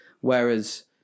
Whereas